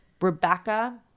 Rebecca